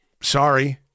sorry